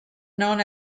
known